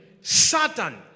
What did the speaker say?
Satan